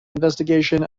investigation